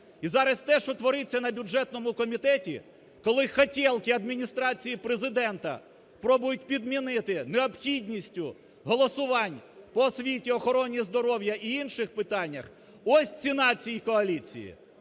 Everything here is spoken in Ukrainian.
І зараза те, що твориться на бюджетному комітеті, коли "хотєлки" Адміністрації Президента пробують підмінити необхідністю голосувань по освіті, охороні здоров'я і інших питаннях – ось ціна цій коаліції.